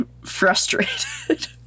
frustrated